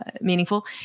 meaningful